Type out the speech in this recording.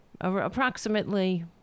approximately